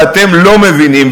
ואתם לא מבינים,